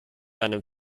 einem